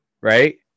Right